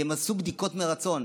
כי הם עשו בדיקות מרצון.